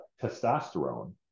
testosterone